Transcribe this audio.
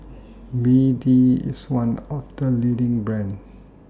B D IS one of The leading brands